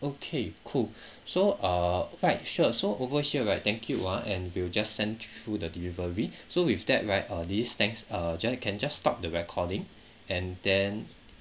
okay cool so uh right sure so over here right thank you ah and we'll just send through the delivery so with that right uh these thanks uh just can just stop the recording and then